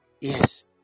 Yes